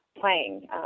playing